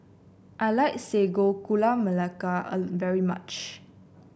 I like Sago Gula Melaka very much